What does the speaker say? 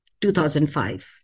2005